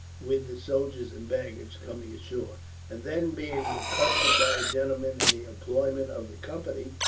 with the soldiers and baggage coming ashore and then, being accosted by a gentleman in the employment of the company,